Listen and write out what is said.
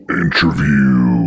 interview